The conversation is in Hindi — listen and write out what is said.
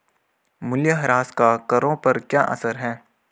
मूल्यह्रास का करों पर क्या असर है?